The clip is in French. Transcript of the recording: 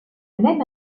même